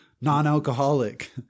non-alcoholic